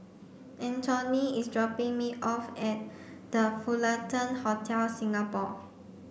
Antionette is dropping me off at The Fullerton Hotel Singapore